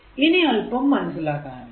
ഇനി അല്പം മനസ്സിലാക്കാനുണ്ട്